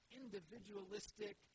individualistic